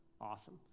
awesome